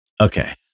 Okay